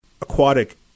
aquatic